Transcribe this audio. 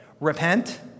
Repent